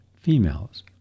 females